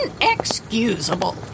Inexcusable